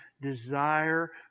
desire